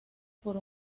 por